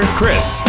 Chris